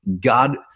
God